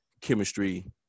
chemistry